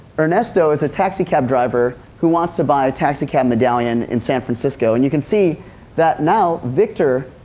ernesto is a taxi cab driver who wants to buy a taxi cab medallion in san francisco. and you can see that now, victor,